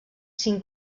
cinc